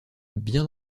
bien